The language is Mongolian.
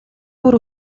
бүр